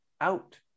out